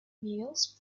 meals